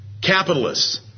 capitalists